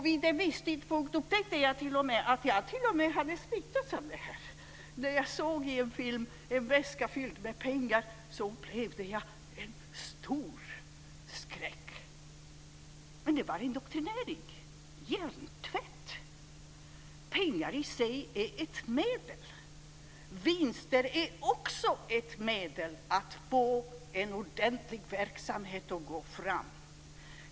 Vid en viss tidpunkt upptäckte jag att jag t.o.m. hade smittats av detta. När jag i en film såg en väska fylld med pengar upplevde jag en stor skräck. Det var indoktrinering - hjärntvätt. Pengar i sig är ett medel. Vinster är också ett medel för att få verksamheten att gå framåt.